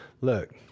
look